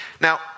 Now